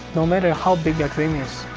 no matter how big your dream is,